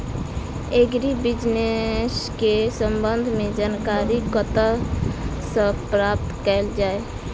Agri business केँ संबंध मे जानकारी कतह सऽ प्राप्त कैल जाए?